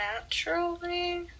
naturally